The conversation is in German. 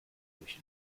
durch